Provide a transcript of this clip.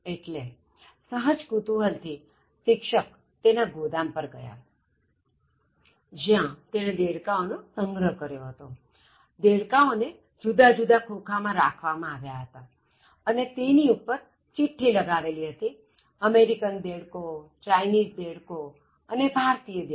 એટલે સહજ કુતૂહલથી શિક્ષક તેના ગોદામ પર ગયા જ્યાં તેણે દેડકાઓનો સંગ્રહ કર્યો હતો દેડકાઓને જુદા જુદા ખોખા માં રાખવામાં આવ્યા હતા અને તેની ઉપર ચિઠ્ઠિ લગાવેલી હતી અમેરિકન દેડકો ચાઇનીઝ દેડકો અને ભારતીય દેડકો